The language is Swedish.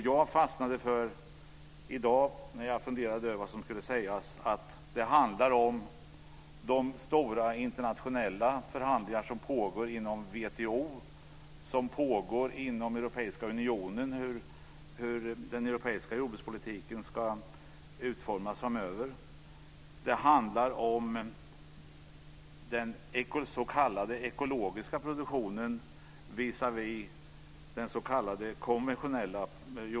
Jag fastnade i dag när jag funderade över vad som skulle sägas för att det handlar om de stora internationella förhandlingar som pågår inom WTO och Europeiska unionen om hur den europeiska jordbrukspolitiken ska utformas framöver. Det handlar om den s.k. ekologiska livsmedelsproduktionen visavi den s.k. konventionella.